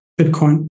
Bitcoin